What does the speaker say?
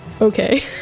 okay